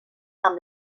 amb